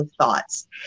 thoughts